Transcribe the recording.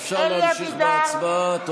אפשר להמשיך בהצבעה.